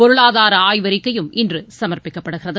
பொருளாதாரஆய்வறிக்கையும் இன்றுசமர்ப்பிக்கப்படுகிறது